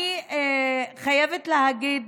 אני חייבת להגיד